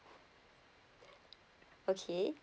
okay